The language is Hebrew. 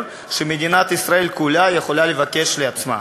שמדינת ישראל כולה יכולה לבקש לעצמה.